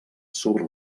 sobre